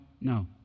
no